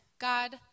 God